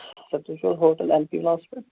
سَر تُہی چھُو حظ ہوٹل ایل پی گٕلَینس پیٚٹھ